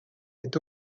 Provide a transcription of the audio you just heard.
est